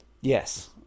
yes